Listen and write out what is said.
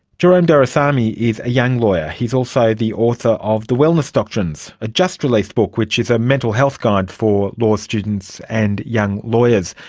jerome doraisamy is a young lawyer. he is also the author of the wellness doctrines, a just-released book which is a mental health guide for law students and young lawyers.